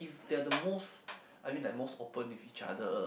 they are the most I mean like most open with each other